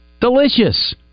Delicious